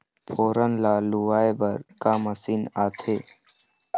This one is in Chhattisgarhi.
फोरन ला लुआय बर का मशीन आथे?